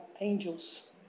angels